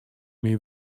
myn